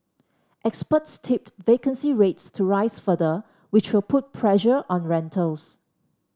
experts tipped vacancy rates to rise further which will put pressure on rentals